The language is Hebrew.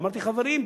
ואמרתי: חברים,